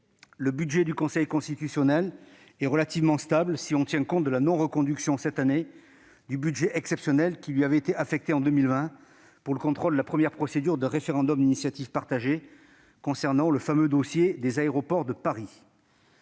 Le budget du Conseil constitutionnel est relativement stable si l'on tient compte de la non-reconduction, cette année, du budget exceptionnel qui lui avait été affecté, en 2020, pour le contrôle de la première procédure de référendum d'initiative partagée relatif au fameux dossier d'Aéroports de Paris.